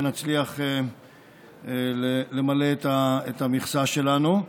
ונצליח למלא את המכסה שלנו.